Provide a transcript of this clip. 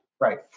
right